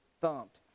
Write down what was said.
thumped